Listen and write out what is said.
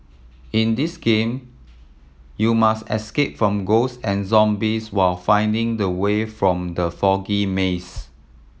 in this game you must escape from ghost and zombies while finding the way out from the foggy maze